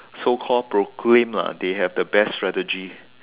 so called proclaim lah they have the best strategy